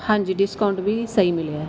ਹਾਂਜੀ ਡਿਸਕਾਊਂਟ ਵੀ ਸਹੀ ਮਿਲਿਆ